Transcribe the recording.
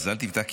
אל תפתח,